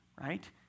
right